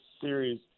series